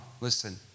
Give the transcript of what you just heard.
listen